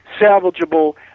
salvageable